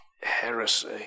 heresy